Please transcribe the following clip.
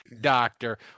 doctor